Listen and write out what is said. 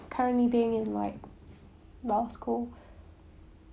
currently being in like law school